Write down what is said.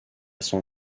son